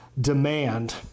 demand